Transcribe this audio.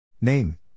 name